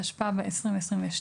התשפ"ב 2022,